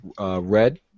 Red